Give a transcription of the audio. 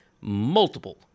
multiple